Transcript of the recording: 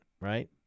right